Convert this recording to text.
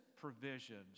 provisions